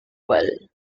well